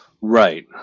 Right